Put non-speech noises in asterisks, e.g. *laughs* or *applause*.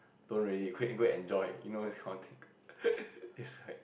don't really quick go enjoy you know this kind of thing *laughs* is like